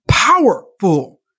powerful